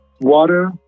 water